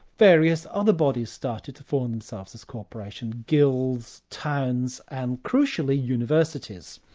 various other bodies started to form themselves as corporations, guilds, towns and crucially, universities.